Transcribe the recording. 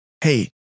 hey